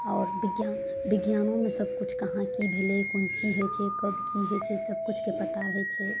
आओर विज्ञान विज्ञानोमे सबकिछु कहाँ की भेलय कोन की होइ छै कब की होइ छै सबकिछुके पता होइ छै